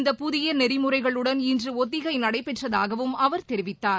இந்த புதியநெறிமுறைசுளுடன் இன்றுஒத்திகைநடைபெற்றதாகவம் அவர் தெரிவித்தார்